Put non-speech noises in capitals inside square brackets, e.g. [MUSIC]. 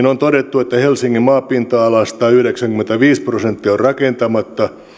[UNINTELLIGIBLE] on todettu että helsingin maapinta alasta yhdeksänkymmentäviisi prosenttia on rakentamatta